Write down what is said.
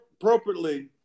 appropriately